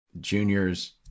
juniors